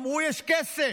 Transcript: אמרו: יש כסף.